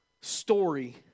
story